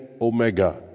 Omega